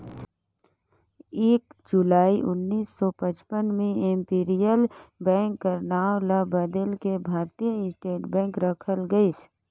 एक जुलाई उन्नीस सौ पचपन में इम्पीरियल बेंक कर नांव ल बलेद के भारतीय स्टेट बेंक रखल गइस